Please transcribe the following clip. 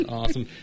awesome